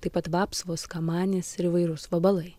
taip pat vapsvos kamanės ir įvairūs vabalai